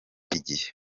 igihe